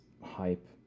hype